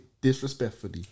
Disrespectfully